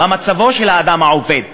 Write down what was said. מה מצבו של האדם העובד?